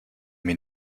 mir